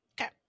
okay